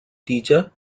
teacher